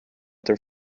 their